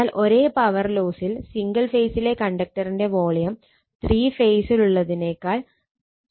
അതിനാൽ ഒരേ പവർ ലോസിൽ സിംഗിൾ ഫേസിലെ കണ്ടക്ടറിന്റെ വോളിയം ത്രീ ഫേസിന്റേതിനേക്കാൾ 33